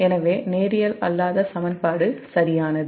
எனவே நேரியல் அல்லாத சமன்பாடு சரியானது